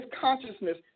consciousness